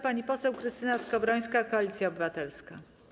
Pani poseł Krystyna Skowrońska, Koalicja Obywatelska.